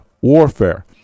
warfare